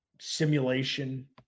simulation